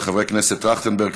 של חברי הכנסת טרכטנברג,